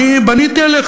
אני בניתי עליך,